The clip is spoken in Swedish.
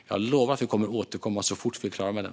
Jag lovar att vi kommer att återkomma så fort vi är klara med den.